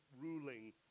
ruling